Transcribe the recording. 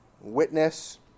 witness